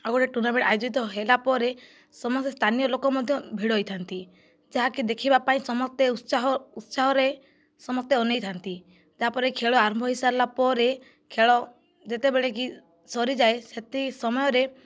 ଆଉ ଗୋଟିଏ ଟୁର୍ଣ୍ଣାମେଣ୍ଟ ଆୟୋଜିତ ହେଲା ପରେ ସମସ୍ତେ ସ୍ଥାନୀୟ ଲୋକ ମଧ୍ୟ ଭିଡ଼ ହୋଇଥାନ୍ତି ଯାହାକି ଦେଖିବା ପାଇଁ ସମସ୍ତେ ଉତ୍ସାହ ଉତ୍ସାହରେ ସମସ୍ତେ ଅନାଇ ଥାନ୍ତି ତା'ପରେ ଖେଳ ଆରମ୍ଭ ହୋଇ ସାରିଲା ପରେ ଖେଳ ଯେତେବେଳେକି ସରିଯାଏ ସେମିତି ସମୟରେ